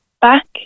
back